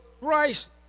Christ